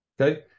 Okay